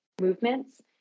movements